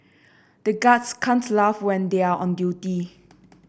the guards can't laugh when they are on duty